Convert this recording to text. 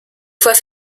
fois